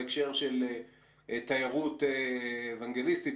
בהקשר של תיירות אוונגליסטית,